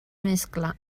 mescla